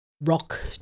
rock